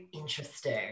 Interesting